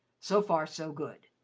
so far, so good.